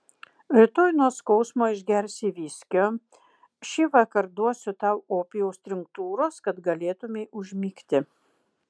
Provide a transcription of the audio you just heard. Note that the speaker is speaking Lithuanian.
rytoj nuo skausmo išgersi viskio šįvakar duosiu tau opijaus tinktūros kad galėtumei užmigti